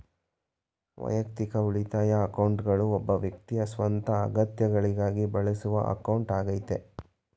ವೈಯಕ್ತಿಕ ಉಳಿತಾಯ ಅಕೌಂಟ್ಗಳು ಒಬ್ಬ ವ್ಯಕ್ತಿಯ ಸ್ವಂತ ಅಗತ್ಯಗಳಿಗಾಗಿ ಬಳಸುವ ಅಕೌಂಟ್ ಆಗೈತೆ